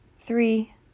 three